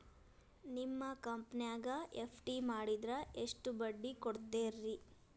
ನಿಮ್ಮ ಕಂಪನ್ಯಾಗ ಎಫ್.ಡಿ ಮಾಡಿದ್ರ ಎಷ್ಟು ಬಡ್ಡಿ ಕೊಡ್ತೇರಿ?